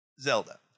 Zelda